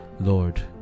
lord